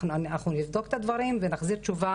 אנחנו נבדוק את הדברים ונחזיר תשובה